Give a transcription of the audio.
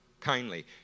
kindly